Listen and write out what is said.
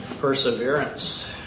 perseverance